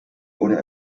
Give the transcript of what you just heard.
wurde